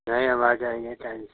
नहीं हम आ जाएँगे टाइम से